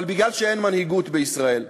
אבל מכיוון שאין מנהיגות בישראל,